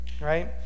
right